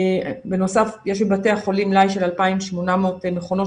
בנוסף יש לבתי החולים מלאי של 2,800 מכונות